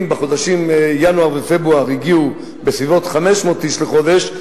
אם בחודשים ינואר ופברואר הגיעו בסביבות 500 איש לחודש,